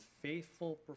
faithful